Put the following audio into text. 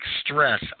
stress